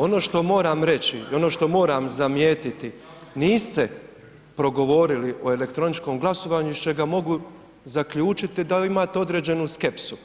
Ono što moram reći i ono što moram zamijetiti, niste progovorili o elektroničkom glasovanju iz čega mogu zaključiti da imate određenu skepsu